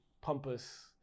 pompous